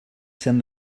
send